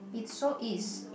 it so is